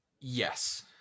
yes